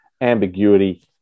ambiguity